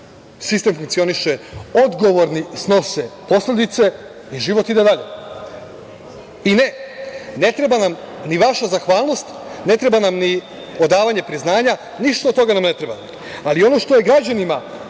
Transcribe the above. sistem funkcioniše. Odgovorni snose posledice i život ide dalje. Ne, ne treba nam ni vaša zahvalnost, ne treba nam ni odavanje priznanja, ništa od toga nam ne treba. Ali, ono što je građanima